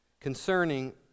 Concerning